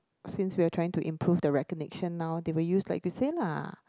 since we are trying to improve the recognition now they would use like the same lah